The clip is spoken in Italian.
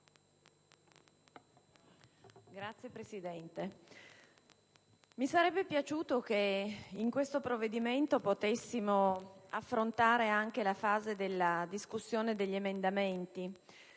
Signor Presidente, mi sarebbe piaciuto se in questo provvedimento avessimo potuto affrontare anche la fase della discussione degli emendamenti